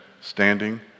standing